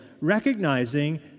recognizing